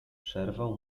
przerwał